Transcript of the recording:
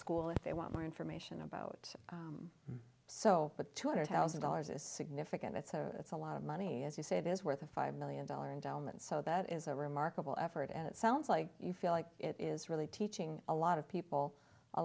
school if they want more information about so but two hundred thousand dollars is significant it's a it's a lot of money as you say it is worth a five million dollars and elements so that is a remarkable effort and it sounds like you feel like it is really teaching a lot of people a